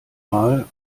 mal